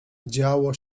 działo